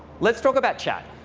let's talk about chat.